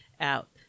out